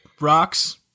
rocks